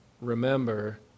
remember